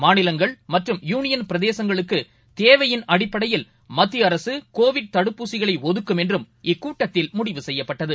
மாநிலங்கள் மற்றம் யூனியன் பிரதேசங்களுக்குதேவையின் அடிப்படையில் மத்தியஅரசுகோவிட் தடுப்பூசிகளைஒதுக்கும் என்றும் இக்கூட்டத்தில் முடிவு செய்யப்பட்டது